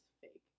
fake